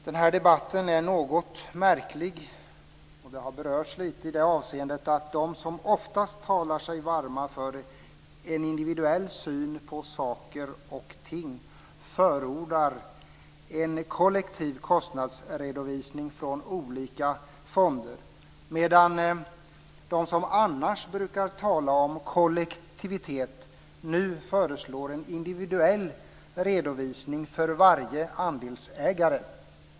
Den här debatten är något märklig, vilket har berörts lite i det avseendet att de som oftast talar sig varma för en individuell syn på saker och ting förordar en kollektiv kostnadsredovisning från olika fonder, medan de som annars brukar tala om kollektivet nu föreslår en individuell redovisning för varje andelsägare.